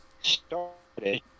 started